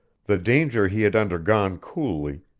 the danger he had undergone coolly,